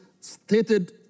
stated